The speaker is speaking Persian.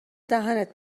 دهنت